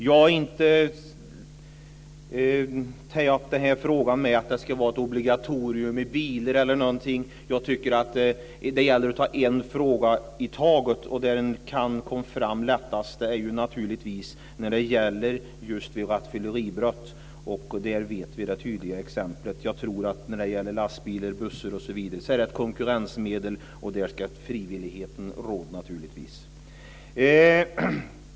Jag har inte tagit upp frågan att det ska vara ett obligatorium i bilar. Jag tycker att det gäller att ta en fråga i taget. Där detta lättast kan komma att hanteras är naturligtvis i samband med rattfylleribrott. Där har vi det tydliga exemplet. När det gäller lastbilar, bussar osv. är det ett konkurrensmedel, och där ska frivilligheten naturligtvis råda.